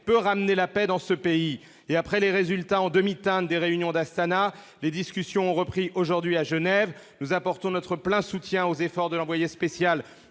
de ramener la paix. Après les résultats en demi-teinte des réunions d'Astana, les discussions ont repris aujourd'hui à Genève. À cet égard, nous apportons notre plein soutien aux efforts de l'envoyé spécial